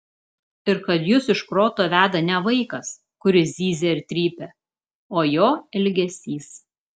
ir kad jus iš proto veda ne vaikas kuris zyzia ir trypia o jo elgesys